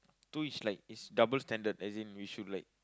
to each like is double standard as in we should like